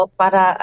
para